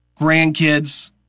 grandkids